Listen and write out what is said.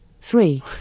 three